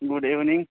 good evening